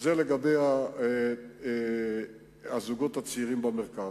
זה לגבי הזוגות הצעירים במרכז.